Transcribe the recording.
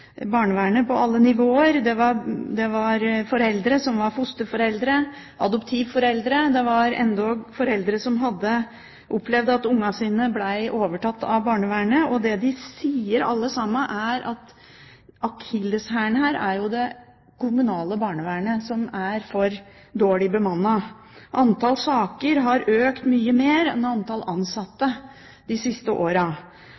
barnevernet på alle nivåer, det var foreldre som var fosterforeldre, adoptivforeldre, det var endog foreldre som hadde opplevd at barna var blitt overtatt av barnevernet. Det de alle sammen sier, er at akilleshælen er det kommunale barnevernet, som er for dårlig bemannet. Antall saker har økt mye mer enn antall